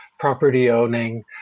property-owning